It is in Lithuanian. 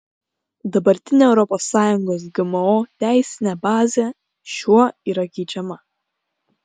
dabartinė europos sąjungos gmo teisinė bazė šiuo yra keičiama